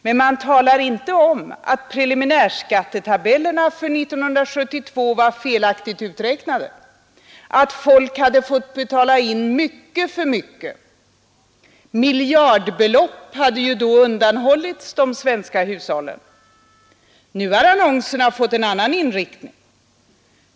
Men man talar inte om att preliminärskattetabellerna för 1972 var felaktigt uträknade, att folk har fått betala in mycket för mycket; miljardbelopp har undanhållits de svenska hushållen. Nu har annonserna fått en annan inriktning.